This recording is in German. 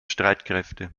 streitkräfte